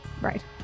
Right